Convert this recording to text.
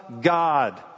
God